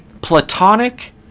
platonic